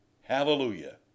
Hallelujah